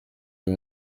uyu